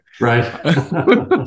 Right